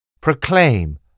Proclaim